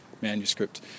manuscript